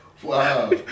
Wow